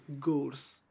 goals